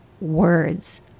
words